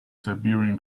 siberian